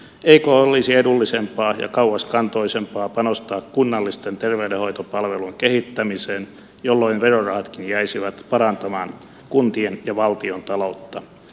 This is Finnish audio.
eikö olisi edullisempaa ja kauaskantoisempaa panostaa kunnallisten terveydenhoitopalvelujen kehittämiseen jolloin verorahatkin jäisivät parantamaan kuntien ja valtion taloutta